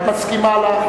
את מסכימה לה?